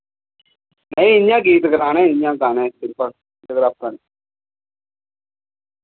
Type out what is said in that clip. नेईं इय्यां गीत कराने इय्यां गाने सिम्पल जगराता नि